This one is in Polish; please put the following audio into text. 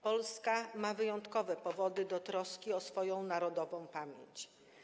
Polska ma wyjątkowe powody do troski o swoją narodową pamięć.